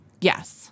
yes